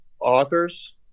authors